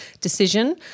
decision